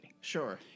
Sure